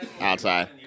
outside